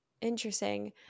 Interesting